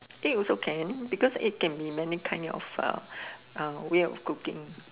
I think also can because it can be many kind of uh uh way of cooking